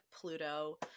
Pluto